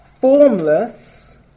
formless